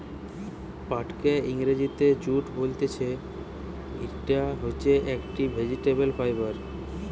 পাটকে ইংরেজিতে জুট বলতিছে, ইটা হচ্ছে একটি ভেজিটেবল ফাইবার